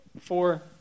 four